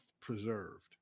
preserved